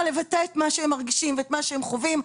לבטא את מה שהם מרגישים ואת מה שהם חווים.